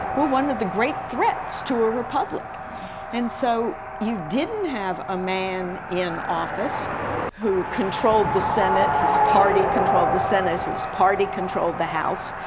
were one of the great threats to a republic and so you didn't have a man in office who controlled the senate, his party controlled the senate, his party controlled the house,